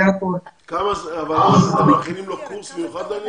לצורך כך מכינים לו קורס מיוחד?